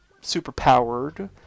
super-powered